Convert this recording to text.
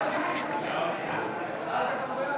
משרד המשפטים,